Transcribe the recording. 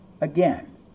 Again